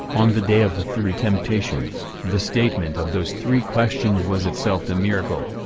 on the day of the three temptations. the statement of those three questions was itself the miracle.